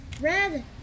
Red